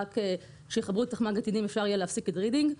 רק כשיחברו את תחמ"ג עתידים אפשר יהיה להפסיק את רידינג.